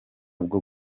bwo